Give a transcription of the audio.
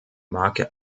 marke